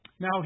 Now